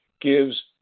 gives